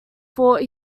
thought